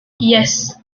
yes